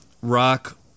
Rock